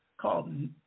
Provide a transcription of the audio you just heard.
called